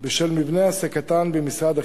בשל מבנה העסקתן במשרד החינוך,